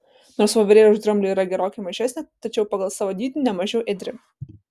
nors voverė už dramblį yra gerokai mažesnė tačiau pagal savo dydį ne mažiau ėdri